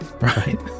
Right